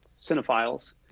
cinephiles